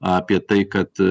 apie tai kad